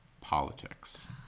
politics